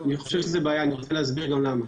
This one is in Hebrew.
אני רוצה להבין למה